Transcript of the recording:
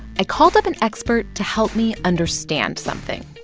i called up an expert to help me understand something.